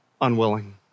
unwilling